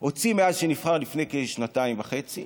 הוציא מאז שנבחר לפני כשנתיים וחצי